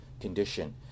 condition